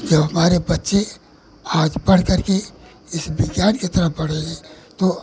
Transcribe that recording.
जो हमारे बच्चे आज पढ़ करके इस विज्ञान की तरफ़ बढ़े तो